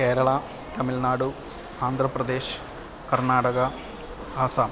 केरला तमिल्नाडु आन्ध्रप्रदेशः कर्नाटकम् आसाम्